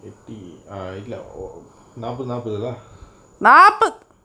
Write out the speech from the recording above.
எட்டி:etti ah இல்ல:illa oh நாப்பது நாப்பது தான்:naapathu naapathu thaan